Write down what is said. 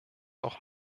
auch